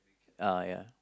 ya ya